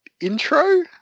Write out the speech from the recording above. intro